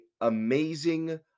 amazing